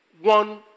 one